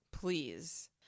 please